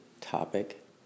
topic